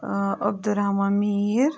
Abdul Rahman Mir